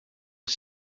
was